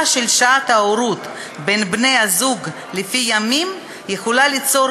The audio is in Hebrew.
של שעת ההורות בין בני-זוג לפי ימים יכולה ליצור